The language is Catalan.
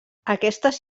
aquestes